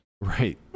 Right